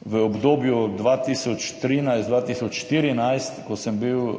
v obdobju 2013–2014, ko sem bil